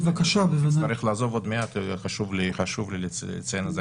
אני אצטרך לעזוב עוד מעט וחשוב לי לציין את זה.